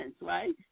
right